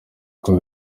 uko